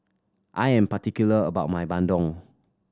I am particular about my bandung